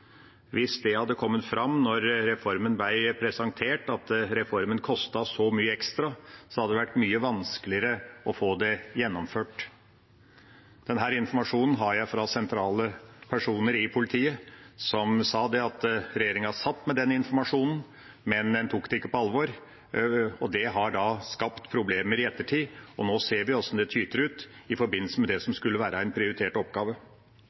Hvis det hadde kommet fram da reformen ble presentert, at reformen kostet så mye ekstra, hadde det vært mye vanskeligere å få det gjennomført. Denne informasjonen har jeg fra sentrale personer i politiet, som sa at regjeringa satt med den informasjonen, men den tok det ikke på alvor. Det har skapt problemer i ettertid, og nå ser vi hvordan det tyter ut i forbindelse med det som skulle være en prioritert oppgave.